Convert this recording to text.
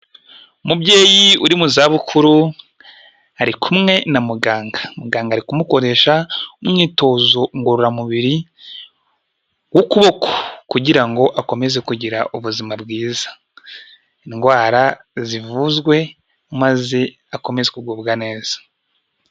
Umubyeyi uri mu za bukuru ari kumwe na muganga, muganga ari kumukoresha umwitozo ngororamubiri w'ukuboko, kugira ngo akomeze kugira ubuzima bwiza, indwara zivuzwe maze akomeze kugubwa neza.